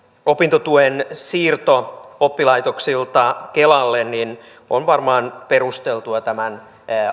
opintotuen siirto oppilaitoksilta kelalle on varmaan perusteltua tämän